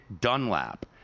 Dunlap